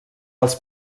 als